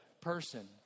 person